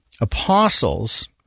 apostles